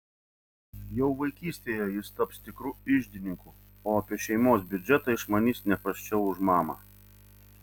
jau vaikystėje jis taps tikru iždininku o apie šeimos biudžetą išmanys ne prasčiau už mamą